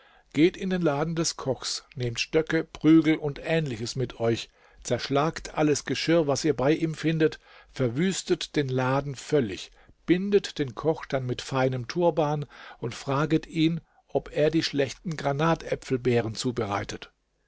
geht in den laden des kochs nehmt stöcke prügel und ähnliches mit euch zerschlagt alles geschirr was ihr bei ihm findet verwüstet den laden völlig bindet den koch dann mit feinem turban und fraget ihn ob er die schlechten granatäpfelbeeren zubereitet